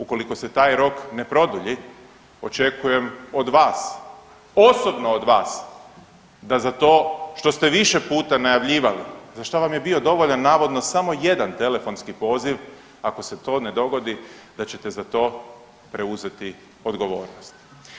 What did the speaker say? Ukoliko se taj rok ne produlji očekujem od vas, osobno od vas da za to što ste više puta najavljivali za šta vam je bio dovoljan navodno samo jedan telefonski poziv ako se to ne dogodi da ćete za to preuzeti odgovornost.